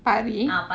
pari